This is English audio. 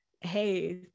Hey